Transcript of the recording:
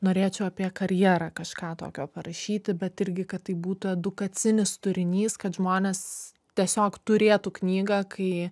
norėčiau apie karjerą kažką tokio parašyti bet irgi kad tai būtų edukacinis turinys kad žmonės tiesiog turėtų knygą kai